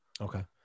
Okay